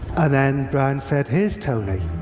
then brian said, here's tony.